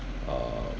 uh